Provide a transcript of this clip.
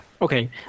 Okay